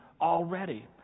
already